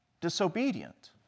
disobedient